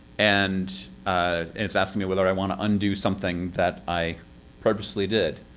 and it's asking me whether i want to undo something that i purposely did.